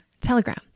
Telegram